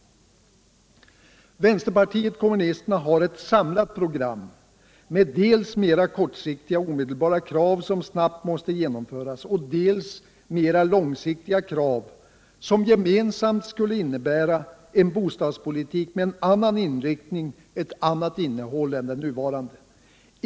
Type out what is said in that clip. Vänsterpartiet kommunisterna har eu samlat program med dels mera kortsiktiga omedelbara krav som snabbt måste genomföras, dels mera långsiktiga krav som gemensamt skulle innebära en bostadspolitik med en annan inriktning, ett annat innehåll än den nuvarande.